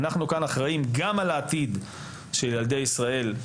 אנחנו כאן אחראים גם על העתיד של ילדי ישראל,